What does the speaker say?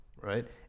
Right